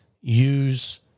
use